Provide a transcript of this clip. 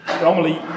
normally